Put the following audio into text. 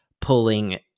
pulling